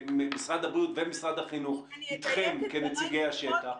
משרד הבריאות ומשרד החינוך איתכם כנציגי השטח.